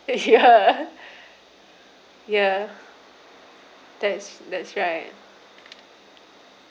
ya ya that's that's right